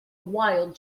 wild